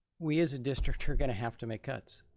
we as a district are gonna have to make cuts,